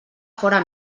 fóra